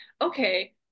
okay